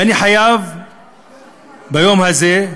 ואני חייב ביום הזה,